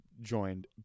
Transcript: joined